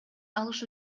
алыш